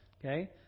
Okay